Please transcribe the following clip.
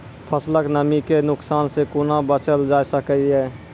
फसलक नमी के नुकसान सॅ कुना बचैल जाय सकै ये?